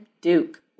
Duke